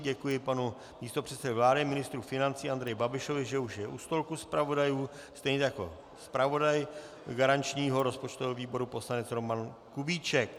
Děkuji panu místopředsedovi vlády a ministru financí Andreji Babišovi, že už je u stolku zpravodajů, stejně tak jako zpravodaj garančního rozpočtového výboru poslanec Roman Kubíček.